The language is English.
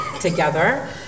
together